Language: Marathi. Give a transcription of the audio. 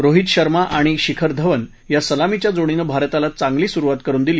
रोहीत शर्मा आणि शिखर धवन या सलामीच्या जोडीनं भारताला चांगली सुरुवात करुन दिली